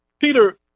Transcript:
Peter